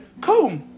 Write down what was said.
cool